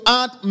add